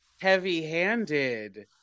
heavy-handed